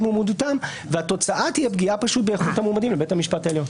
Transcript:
מועמדותם והתוצאה תהיה פגיעה באיכות המועמדים לבית המשפט העליון.